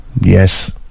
yes